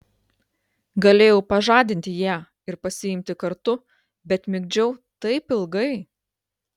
galėjau pažadinti ją ir pasiimti kartu bet migdžiau taip ilgai